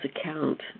account